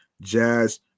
jazz